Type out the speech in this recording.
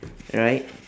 right